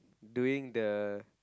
doing the